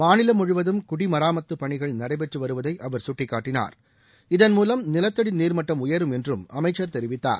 மாநிலம் முழுவதும் குடிமராமத்து பணிகள் நடைபெற்றுவருவதை அவர் சுட்டிக்காட்டினார் இதன்மூலம் நிலத்தடி நீர்மட்டம் உயரும் என்றும் அமைச்சர் தெரிவித்தார்